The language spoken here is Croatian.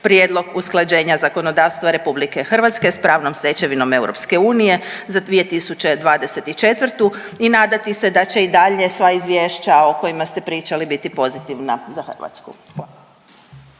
prijedlog usklađenja zakonodavstva RH s pravnom stečevinom EU za 2024. i nadati se da će i dalje sva izvješća o kojima ste pričali biti pozitivna za Hrvatsku.